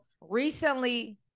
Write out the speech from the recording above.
recently